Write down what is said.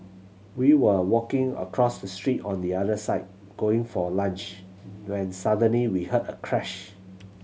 we were walking across the street on the other side going for lunch when suddenly we heard a crash